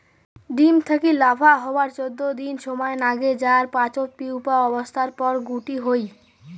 ডিম থাকি লার্ভা হবার চৌদ্দ দিন সমায় নাগে যার পাচত পিউপা অবস্থার পর গুটি হই